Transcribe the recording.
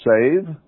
save